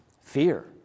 Fear